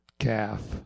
calf